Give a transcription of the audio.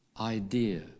idea